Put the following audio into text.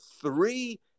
three